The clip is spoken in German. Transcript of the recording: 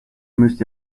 müsst